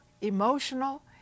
emotional